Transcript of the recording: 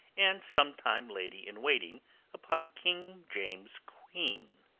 and sometime lady in waiting upon king james's queen.